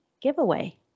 giveaway